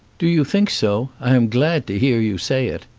do you think so? i am glad to hear you say it.